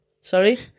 sorry